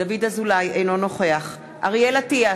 אינו נוכח אריאל אטיאס,